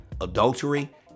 adultery